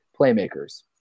playmakers